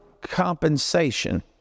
compensation